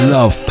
Love